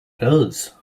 does